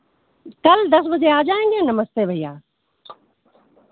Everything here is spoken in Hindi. कल दस बजे आ जाएँगे नमस्ते भैया